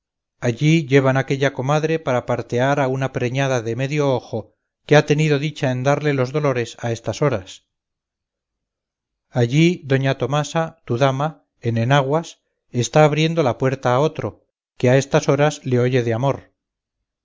allí llevan aquella comadre para partear a una preñada de medio ojo que ha tenido dicha en darle los dolores a estas horas allí doña tomasa tu dama en enaguas está abriendo la puerta a otro que a estas horas le oye de amor